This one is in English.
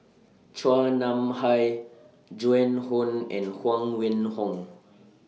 Chua Nam Hai Joan Hon and Huang Wenhong